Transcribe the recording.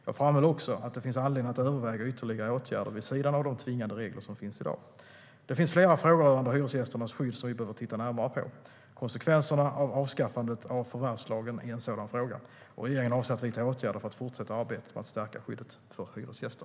Jag framhöll också att det finns anledning att överväga ytterligare åtgärder vid sidan av de tvingande regler som finns i dag. Det finns flera frågor rörande hyresgästernas skydd som vi behöver titta närmare på. Konsekvenserna av avskaffandet av förvärvslagen är en sådan fråga. Regeringen avser att vidta åtgärder för att fortsätta arbetet med att stärka skyddet för hyresgäster.